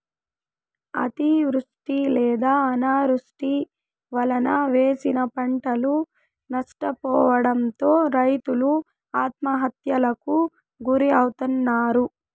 అతివృష్టి లేదా అనావృష్టి వలన వేసిన పంటలు నష్టపోవడంతో రైతులు ఆత్మహత్యలకు గురి అవుతన్నారు